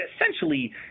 essentially